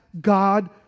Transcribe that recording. God